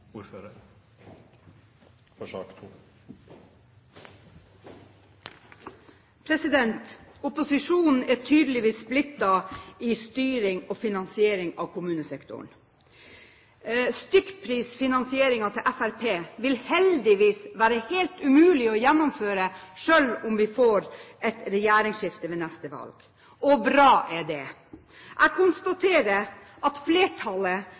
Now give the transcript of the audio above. styring og finansiering av kommunesektoren. Stykkprisfinansieringen til Fremskrittspartiet vil heldigvis være helt umulig å gjennomføre selv om vi får et regjeringsskifte ved neste valg, og bra er det. Jeg konstaterer at flertallet,